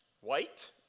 white